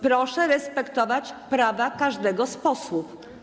Proszę respektować prawa każdego z posłów.